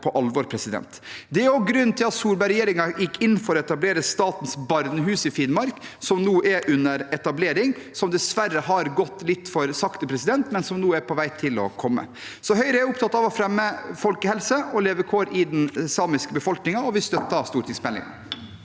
Det er også grunnen til at Solberg-regjeringen gikk inn for å etablere Statens barnehus i Finnmark, som nå er under etablering – som dessverre har gått litt for sakte, men som nå er på vei til å komme. Høyre er opptatt av å fremme folkehelse og levekår i den samiske befolkningen, og vi støtter stortingsmeldingen.